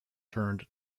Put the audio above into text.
turned